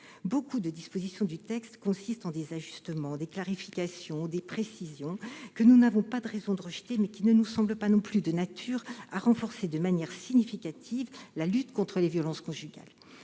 Beaucoup de dispositions du texte consistent en des ajustements, des clarifications, des précisions, que nous n'avons pas de raison de rejeter mais qui ne nous semblent pas non plus de nature à renforcer de manière significative la lutte contre les violences conjugales.